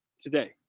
Today